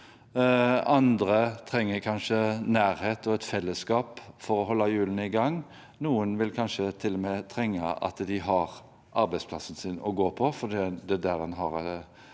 andre trenger kanskje nærhet og et fellesskap for å holde hjulene i gang. Noen vil kanskje til og med trenge arbeidsplassen gå til, fordi det er det mest